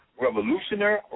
revolutionary